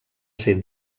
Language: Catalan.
ser